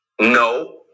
No